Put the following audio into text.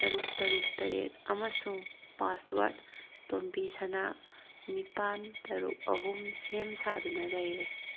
ꯇꯔꯨꯛ ꯇꯔꯨꯛ ꯇꯔꯦꯠ ꯑꯃꯁꯨꯡ ꯄꯥꯁꯋꯥꯔꯠ ꯇꯣꯝꯕꯤꯁꯅꯥ ꯅꯤꯄꯥꯜ ꯇꯔꯨꯛ ꯑꯍꯨꯝ ꯁꯦꯝ ꯁꯥꯗꯨꯅ ꯂꯩꯔꯦ